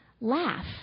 laugh